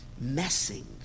messing